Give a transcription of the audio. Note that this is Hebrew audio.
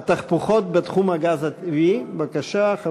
התהפוכות בתחום הגז הטבעי, מס'